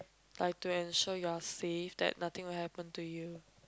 like to ensure you're safe that nothing will happen to you